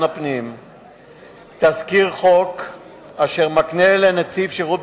הפנים תזכיר חוק אשר מקנה לנציב שירות בתי-הסוהר,